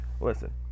Listen